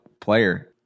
player